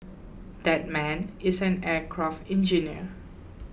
that man is an aircraft engineer